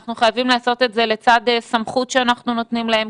אנחנו חייבים לעשות את זה לצד סמכות שאנחנו נותנים להם,